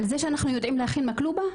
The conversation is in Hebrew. על זה שאנחנו יודעים להכין מקלובה?